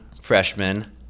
freshman